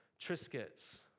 Triscuits